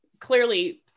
clearly